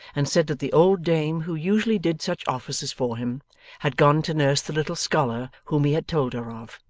and said that the old dame who usually did such offices for him had gone to nurse the little scholar whom he had told her of.